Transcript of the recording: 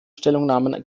stellungnahmen